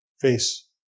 face